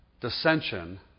dissension